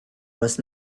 was